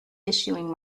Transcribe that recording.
issuing